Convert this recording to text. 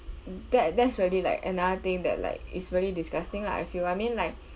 th~ that~ that's really like another thing that like is really disgusting lah I feel I mean like